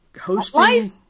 hosting